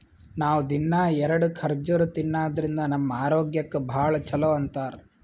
ನಾವ್ ದಿನ್ನಾ ಎರಡ ಖರ್ಜುರ್ ತಿನ್ನಾದ್ರಿನ್ದ ನಮ್ ಆರೋಗ್ಯಕ್ ಭಾಳ್ ಛಲೋ ಅಂತಾರ್